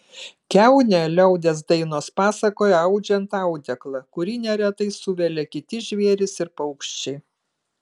kiaunę liaudies dainos pasakoja audžiant audeklą kurį neretai suvelia kiti žvėrys ir paukščiai